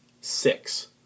six